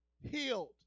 healed